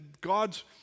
God's